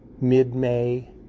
mid-May